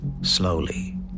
slowly